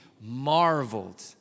marveled